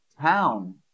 town